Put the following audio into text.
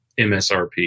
MSRP